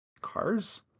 cars